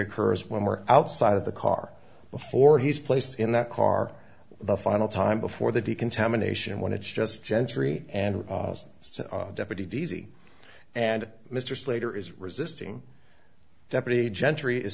occurs when we're outside of the car before he's placed in that car the final time before the decontamination when it's just gentry and so deputy d z and mr slater is resisting deputy gentry is